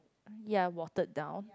mm ya watered down